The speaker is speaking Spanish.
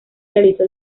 realizó